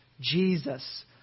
Jesus